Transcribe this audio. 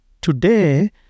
Today